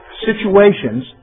situations